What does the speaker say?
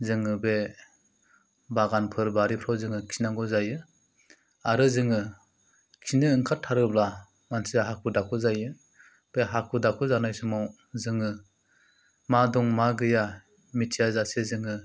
जोङो बे बागानफोर बारिफ्राव जोङो खिनांगौ जायो आरो जोङो खिनो ओंखार थारोब्ला मानसिया हाखु दाखु जायो बे हाखु दाखु जानाय समाव जोङो मा दं मा गैया मिथिया जासे जोङो